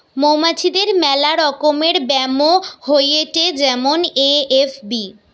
মৌমাছিদের মেলা রকমের ব্যামো হয়েটে যেমন এ.এফ.বি